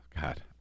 God